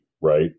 right